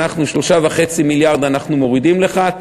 3.5 מיליארד אנחנו מורידים לך,